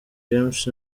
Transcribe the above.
james